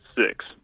Six